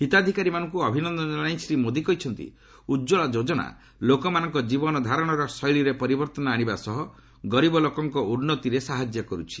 ହିତାଧିକାରୀମାନଙ୍କୁ ଅଭିନନ୍ଦନ ଜଣାଇ ଶ୍ରୀ ମୋଦି କହିଛନ୍ତି ଉଜ୍ଜଳା ଯୋଜନା ଲୋକମାନଙ୍କ ଜୀବନ ଧାରଣର ଶୈଳୀରେ ପରିବର୍ଭନ ଆଣିବା ସହ ଗରିବ ଲୋକଙ୍କ ଉନ୍ନତିରେ ସାହାଯ୍ୟ କରୁଛି